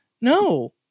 no